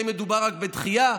האם מדובר רק בדחייה,